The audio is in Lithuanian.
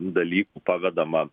dalykų pavedama